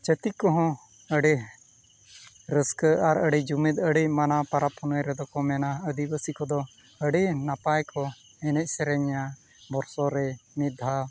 ᱪᱷᱟᱹᱛᱤᱠ ᱠᱚᱦᱚᱸ ᱟᱹᱰᱤ ᱨᱟᱹᱥᱠᱟᱹ ᱟᱨ ᱟᱹᱰᱤ ᱡᱩᱢᱤᱫ ᱟᱹᱰᱤ ᱢᱟᱱᱟᱣ ᱯᱚᱨᱚᱵᱽ ᱯᱩᱱᱟᱹᱭ ᱨᱮᱫᱚ ᱠᱚ ᱢᱮᱱᱟ ᱟᱹᱫᱤᱵᱟᱹᱥᱤ ᱠᱚᱫᱚ ᱟᱹᱰᱤ ᱱᱟᱯᱟᱭ ᱠᱚ ᱮᱱᱮᱡ ᱥᱮᱨᱮᱧᱟ ᱵᱚᱪᱷᱚᱨ ᱨᱮ ᱢᱤᱫ ᱫᱷᱟᱣ